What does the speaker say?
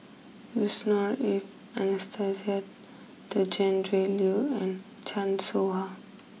Yusnor Ef Anastasia Tjendri Liew and Chan Soh Ha